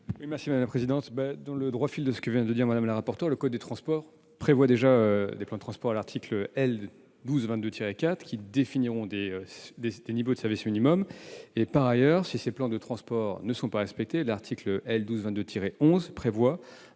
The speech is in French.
l'avis du Gouvernement ? Dans le droit fil de ce que vient de dire Mme la rapporteure, je rappelle que le code des transports prévoit déjà des plans de transport à l'article L. 1222-4, lesquels définissent des niveaux de service minimum. Par ailleurs, si ces plans de transport ne sont pas respectés, l'article L. 1222-11 prévoit